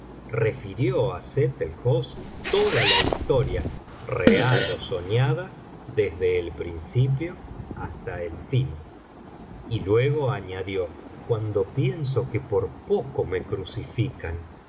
refirió á sett el hosn toda la historia real ó soñada desde el principio hasta el fin y luego añadió cuando pienso que por poco me crucifican